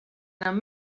enam